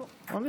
לא נראה.